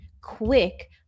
quick